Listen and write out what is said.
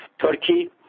Turkey